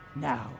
Now